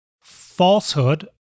falsehood